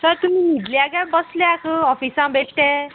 sir तुमी न्हिदल्या काय बसल्यातू ऑफिसां बिश्टे